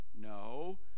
no